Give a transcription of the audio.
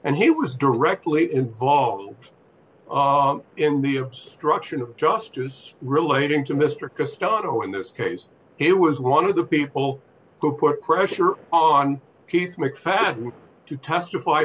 and he was directly involved in the obstruction of justice relating to mr custodial in this case it was one of the people who put pressure on keith mcfadden to testify